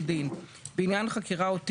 בעניין חקירה או תיק,